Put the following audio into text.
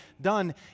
done